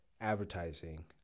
advertising